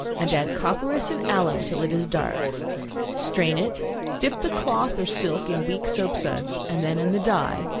and add copperas and alum till it is dark strain it dip the cloth or silk in weak soap-suds, and then in the dye,